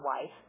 wife